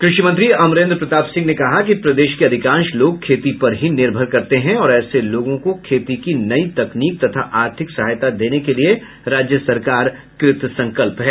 कृषि मंत्री अमरेंद्र प्रताप सिंह ने कहा कि प्रदेश के अधिकांश लोग खेती पर ही निर्भर करते हैं और ऐसे लोगों को खेती की नयी तकनीक तथा आर्थिक सहायता देने के लिए राज्य सरकार कृत संकल्प है